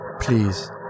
Please